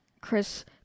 Chris